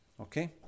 Okay